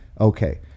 okay